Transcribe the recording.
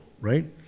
right